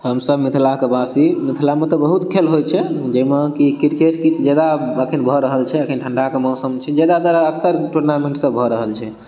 हमसब मिथिला के बासी मिथिला मे तऽ बहुत खेल होइ छै जाहि मे कि क्रिकेट किछु जादा अखन भऽ रहल छै अखन ठंडाके मौसम छै जादातर अक्सर टूर्नामेंट सब भऽ रहल छै